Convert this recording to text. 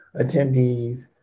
attendees